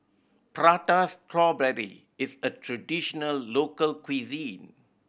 Prata Strawberry is a traditional local cuisine